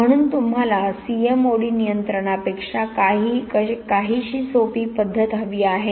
म्हणून तुम्हाला सीएमओडी नियंत्रणापेक्षा काहीशी सोपी पद्धत हवी आहे